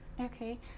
Okay